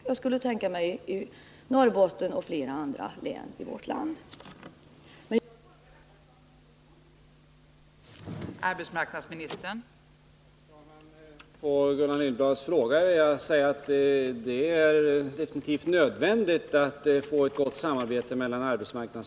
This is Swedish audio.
Jag skulle kunna tänka mig att detta också kan komma att bli nödvändigt för andra län i vårt land, t.ex. Norrbottens län.